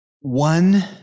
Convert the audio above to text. one